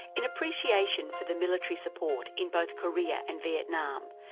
in appreciation for the military support in both, korea and vietnam,